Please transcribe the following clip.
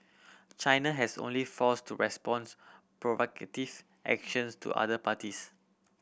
China has only force to responds provocative actions to other parties